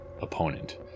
opponent